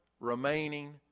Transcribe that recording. remaining